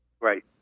Right